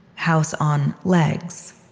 house on legs.